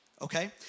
okay